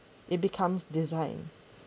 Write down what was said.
it becomes design